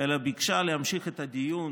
אלא ביקשה להמשיך את הדיון